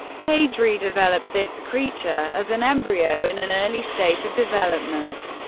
page redeveloped this creature as an embryo in an early state of development,